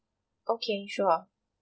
okay sure